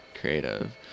creative